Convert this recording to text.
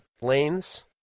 lanes